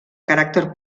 caràcter